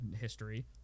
history